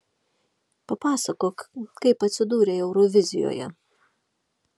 papasakok kaip atsidūrei eurovizijoje